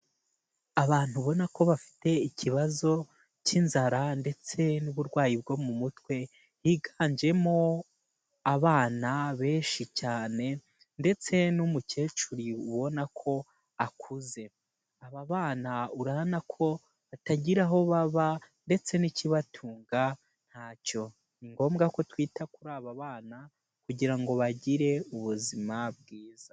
Abantu ubona ko bafite ikibazo cy'inzara ndetse n'uburwayi bwo mu mutwe, higanjemo abana benshi cyane ndetse n'umukecuru ubona ko akuze, aba bana urabona ko batagira aho baba ndetse n'ikibatunga ntacyo, ni ngombwa ko twita kuri aba bana kugira ngo bagire ubuzima bwiza.